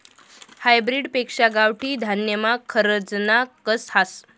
hybrid पेक्शा गावठी धान्यमा खरजना कस हास